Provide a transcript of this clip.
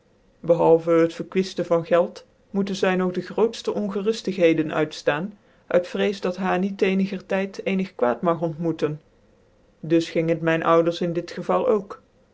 behalve het verejuiften van geld moeten zynog dc grootftc ongcruftigheden uitftaan uit vrees dat haar niet ccnigc tyd ccnig qaaad mag ontmoeten dus ging het mijn ouders in dit geval ook